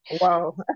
Wow